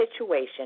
situation